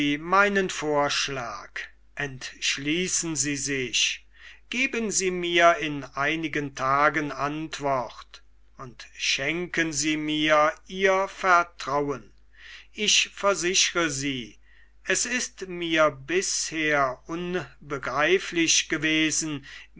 meinen vorschlag entschließen sie sich geben sie mir in einigen tagen antwort und schenken sie mir ihr vertrauen ich versichre sie es ist mir bisher unbegreiflich gewesen